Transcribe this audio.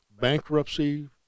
bankruptcy